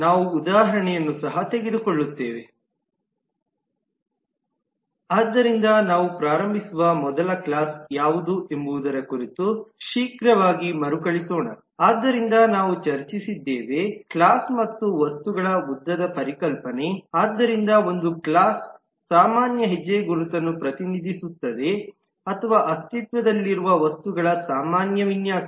ನಾವು ಉದಾಹರಣೆಗಳನ್ನು ಸಹ ತೆಗೆದುಕೊಳ್ಳುತ್ತೇವೆ ಆದ್ದರಿಂದ ನಾವು ಪ್ರಾರಂಭಿಸುವ ಮೊದಲು ಕ್ಲಾಸ್ ಯಾವುದು ಎಂಬುದರ ಕುರಿತು ಶೀಘ್ರವಾಗಿ ಮರುಕಳಿಸೋಣ ಆದ್ದರಿಂದ ನಾವು ಚರ್ಚಿಸಿದ್ದೇವೆ ಕ್ಲಾಸ್ ಮತ್ತು ವಸ್ತುಗಳ ಉದ್ದದ ಪರಿಕಲ್ಪನೆ ಆದ್ದರಿಂದ ಒಂದು ಕ್ಲಾಸ್ವು ಸಾಮಾನ್ಯ ಹೆಜ್ಜೆಗುರುತನ್ನು ಪ್ರತಿನಿಧಿಸುತ್ತದೆ ಅಥವಾ ಅಸ್ತಿತ್ವದಲ್ಲಿರುವ ವಸ್ತುಗಳ ಸಾಮಾನ್ಯ ವಿನ್ಯಾಸ